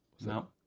No